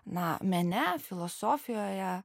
na mene filosofijoje